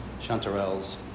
chanterelles